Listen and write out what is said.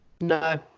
No